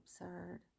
absurd